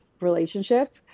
relationship